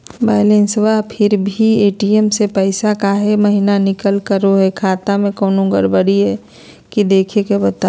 Balance है फिर भी भी ए.टी.एम से पैसा काहे महिना निकलब करो है, खाता में कोनो गड़बड़ी है की देख के बताहों?